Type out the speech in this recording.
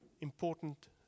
important